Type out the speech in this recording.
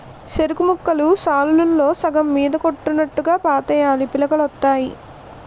సెరుకుముక్కలు సాలుల్లో సగం మీదకున్నోట్టుగా పాతేయాలీ పిలకలొత్తాయి